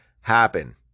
happen